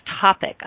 topic